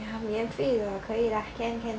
免费的可以了 lah can can